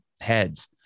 heads